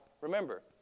remember